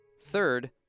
Third